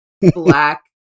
black